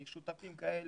עם שותפים כאלה,